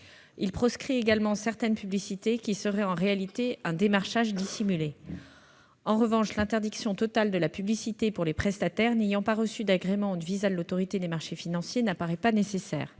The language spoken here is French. à proscrire les publicités qui seraient en réalité un démarchage dissimulé. En revanche, l'interdiction totale de la publicité pour les prestataires n'ayant pas reçu d'agrément ou de visa de l'AMF ne paraît pas nécessaire.